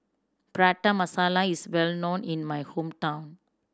Prata Masala is well known in my hometown